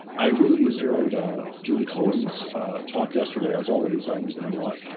i really enjoyed julie cohen's talk yesterday. as always, i always learn a lot,